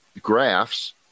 graphs